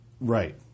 right